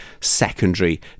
secondary